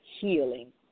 healing